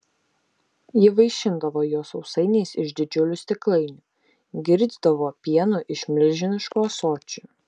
ji vaišindavo juos sausainiais iš didžiulių stiklainių girdydavo pienu iš milžiniškų ąsočių